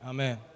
Amen